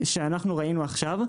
שאנחנו ראינו עכשיו,